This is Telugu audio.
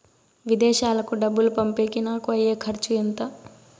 విదేశాలకు డబ్బులు పంపేకి నాకు అయ్యే ఖర్చు ఎంత?